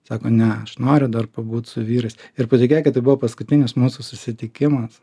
sako ne aš noriu dar pabūt su vyrais ir patikėkit tai buvo paskutinis mūsų susitikimas